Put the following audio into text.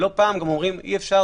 לא פעם גם אומרים: אי-אפשר,